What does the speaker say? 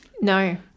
No